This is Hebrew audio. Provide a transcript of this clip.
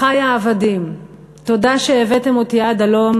אחי העבדים, תודה שהבאתם אותי עד הלום.